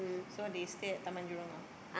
so they stay at Taman-Jurong now